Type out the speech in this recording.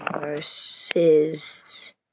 verses